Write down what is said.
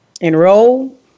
Enroll